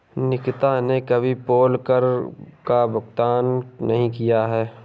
निकिता ने कभी पोल कर का भुगतान नहीं किया है